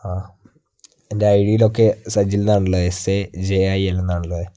ആ എൻ്റെ ഐ ഡിയിലൊക്കെ സജിൽ എന്നാണുള്ളത് എസ് എ ജെ ഐ എല്ലെന്നാണുള്ളത്